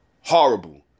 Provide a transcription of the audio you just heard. Horrible